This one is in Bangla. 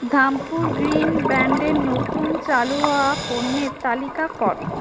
ধামপুর গ্রীন ব্র্যাণ্ডের নতুন চালু হওয়া পণ্যের তালিকা কর